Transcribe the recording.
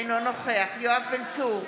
אינו נוכח יואב בן צור,